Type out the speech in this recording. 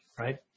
right